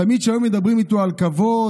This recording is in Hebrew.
תמיד כשהיו מדברים איתו על כבוד,